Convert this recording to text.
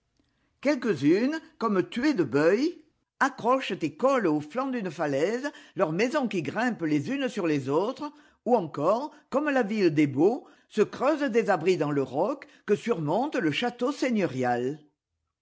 quelques-unes comme tuet de beuil accrochent et collent aux flancs d'une falaise leurs maisons qui grimpent les unes sur les autres ou encore comme la ville des baux se creusent des abris dans le roc que surmonte le château seigneurial